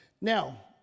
Now